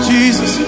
Jesus